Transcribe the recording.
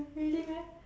really meh